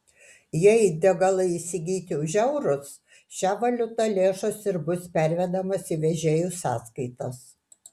jei degalai įsigyti už eurus šia valiuta lėšos ir bus pervedamos į vežėjų sąskaitas